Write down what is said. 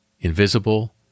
invisible